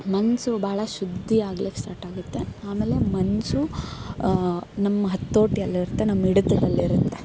ಮನಸು ಭಾಳ ಶುದ್ಧಿ ಆಗ್ಲಿಕ್ಕೆ ಸ್ಟಾಟಾಗುತ್ತೆ ಆಮೇಲೆ ಮನಸ್ಸು ನಮ್ಮ ಹತೋಟಿಯಲ್ಲಿರುತ್ತೆ ನಮ್ಮ ಹಿಡಿತದಲ್ಲಿರುತ್ತೆ